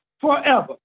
forever